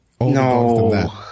No